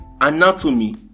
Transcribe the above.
anatomy